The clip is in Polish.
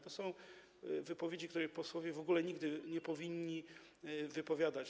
To są wypowiedzi, których posłowie w ogóle nigdy nie powinni wygłaszać.